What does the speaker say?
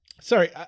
Sorry